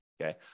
okay